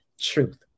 truth